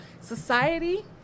society